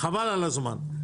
חבל על הזמן.